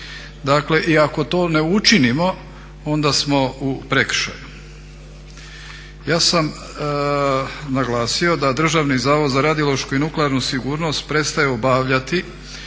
Dakle i ako to ne učinimo onda smo u prekršaju. Ja sam naglasio da Državni zavod za radiološku i nuklearnu sigurnost prestaje obavljati